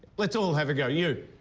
let's all have a go. you,